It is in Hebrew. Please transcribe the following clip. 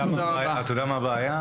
אתה יודע מה הבעיה?